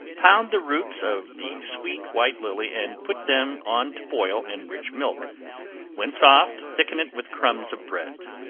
pound the roots of the sweet white lily, and put them on to boil in rich milk when soft, thicken it with crumbs of bread.